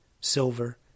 silver